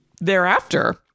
thereafter